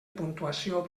puntuació